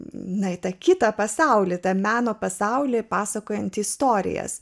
ne į tą kitą pasaulio meno pasaulį pasakojanti istorijas